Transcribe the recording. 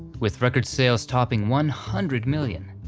with record sales topping one hundred million.